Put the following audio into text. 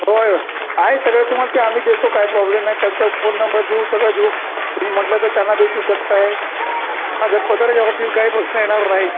होय होय आहे सगळे तुम्हाला ते आम्ही देतो काय प्रॉब्लेम नाही त्यांचा फोन नंबर देऊ सगळं देऊ तुम्ही म्हटलं तर त्यांना भेटू शकताय कागदपत्राच्या बाबतीत काही प्रश्न येणार नाही